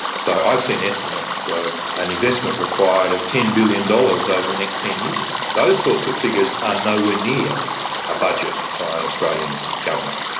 so i've seen estimates of so an investment required of ten billion dollars over the next ten years. those sorts of figures are nowhere near a budget by an australian government.